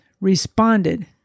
responded